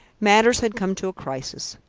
matters had come to a crisis.